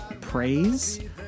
praise